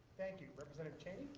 thank you. representative cheney.